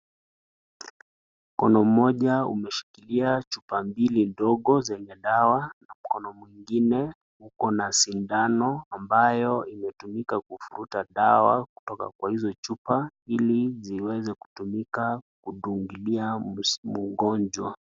Mkono mmoja umeshikilia chupa mbili ndogo zenye dawa na mkono mwingine ukona sindano ambayo imetumika kuvuruta dawa kutoka kwa hizo chupa ili ziweze kutumika kudungilia mgonjwa.